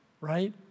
right